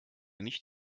nicht